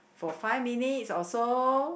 for five minutes or so